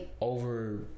Over